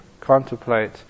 contemplate